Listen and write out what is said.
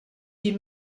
die